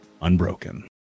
Unbroken